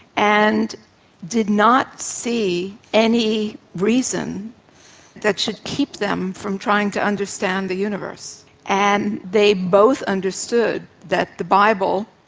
and did not see any reason that should keep them from trying to understand the universe. and they both understood that the bible,